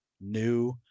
new